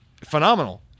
phenomenal